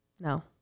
no